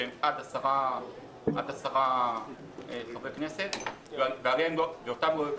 שהן עד 10 חברי כנסת ואותן לא לקצץ.